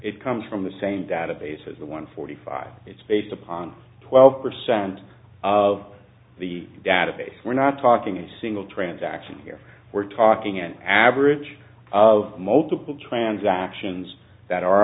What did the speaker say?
it comes from the same database as the one forty five it's based upon twelve percent of the database we're not talking and single transaction here we're talking an average of multiple transactions that are